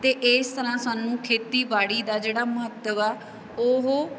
ਅਤੇ ਇਸ ਤਰ੍ਹਾਂ ਸਾਨੂੰ ਖੇਤੀਬਾੜੀ ਦਾ ਜਿਹੜਾ ਮਹੱਤਵ ਆ ਉਹ